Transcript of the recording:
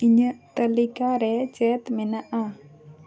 ᱤᱧᱟᱹᱜ ᱛᱟᱹᱞᱤᱠᱟᱨᱮ ᱪᱮᱫ ᱢᱮᱱᱟᱜᱼᱟ